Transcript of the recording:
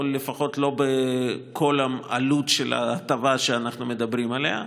או לפחות לא בכל העלות של ההטבה שאנחנו מדברים עליה,